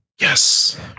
Yes